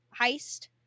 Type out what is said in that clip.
heist